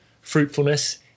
fruitfulness